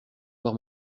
voir